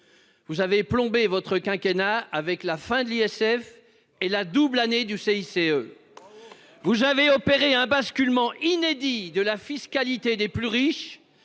Vous avez plombé votre quinquennat avec la fin de l'ISF et la double année du CICE. Vous avez opéré un basculement inédit de la fiscalité des plus riches